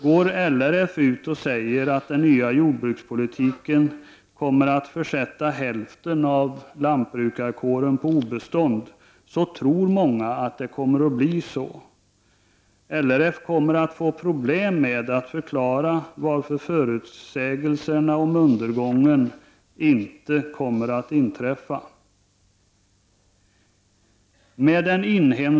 När LRF påstår att den nya jordbrukspolitiken kommer att innebära att hälften av lantbrukarkåren kommer att försättas på obestånd, tror många att det verkligen kommer att bli så. LRF kommer så småningom att få problem med att förklara varför dessa förutsägelser om en förestående undergång inte blev verklighet.